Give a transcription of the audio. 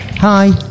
hi